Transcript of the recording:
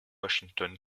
washington